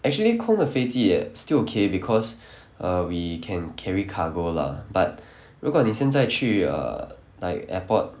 actually 空的飞机也 still okay because err we can carry cargo lah but 如果你现在去 err like airport